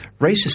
racist